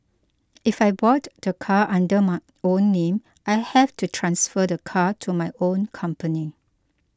if I bought the car under my own name I have to transfer the car to my own company